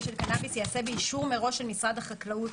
של קנאביס ייעשה באישור מראש של משרד החקלאות